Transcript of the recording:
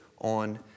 on